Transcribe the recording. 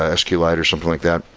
ah sqlite or something like that.